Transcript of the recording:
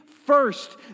First